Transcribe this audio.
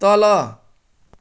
तल